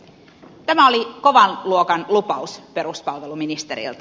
tämä oli kovan luokan lupaus peruspalveluministeriltä